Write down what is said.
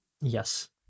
Yes